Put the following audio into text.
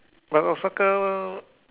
but for soccer